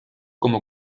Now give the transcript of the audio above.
como